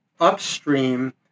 upstream